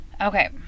okay